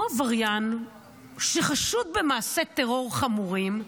אריאל דנינו הוא עבריין שחשוד במעשי טרור חמורים,